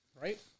Right